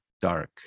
dark